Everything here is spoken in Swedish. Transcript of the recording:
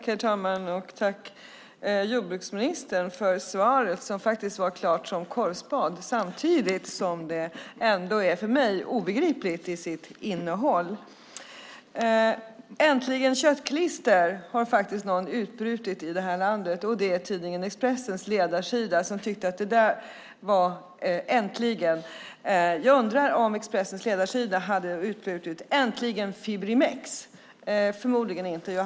Herr talman! Tack, jordbruksministern, för svaret, som faktiskt var klart som korvspad! Samtidigt är det ändå för mig obegripligt i sitt innehåll. Äntligen köttklister - det har faktiskt någon utbrustit i det här landet. Det gjorde man på tidningen Expressens ledarsida. Jag undrar om man på Expressens ledarsida skulle ha utbrustit: Äntligen Fibrimex! Det skulle man förmodligen inte ha gjort.